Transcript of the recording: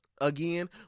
Again